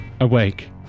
awake